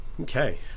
okay